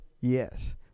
Yes